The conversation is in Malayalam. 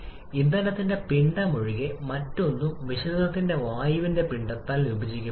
ഇവിടെ ഈ 4 " പോയിന്റ് തിരിച്ചറിഞ്ഞു വിപുലീകരണ സമയത്ത് നിർദ്ദിഷ്ട മാറ്റങ്ങൾ അവഗണിക്കുന്നു